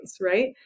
right